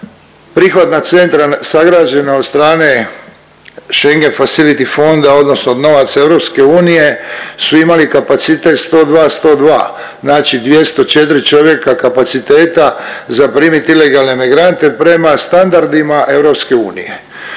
prihvatna centra sagrađena od strane Schengen facility fonda odnosno od novaca EU su imali kapacitet 102-102 znači 204 čovjeka kapaciteta za primit ilegalne migrante prema standardima EU.